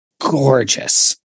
gorgeous